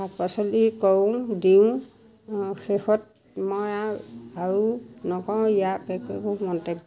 শাক পাচলি কৰোঁ দিওঁ শেষত মই আৰু নকওঁ ইয়াকে কৈ মন্তব্য